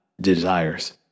desires